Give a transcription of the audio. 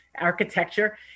architecture